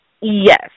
Yes